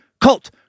cult